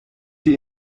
die